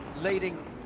leading